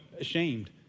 ashamed